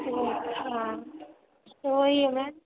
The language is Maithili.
हँ वही हमरा